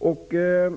agera.